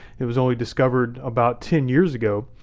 it was only discovered about ten years ago.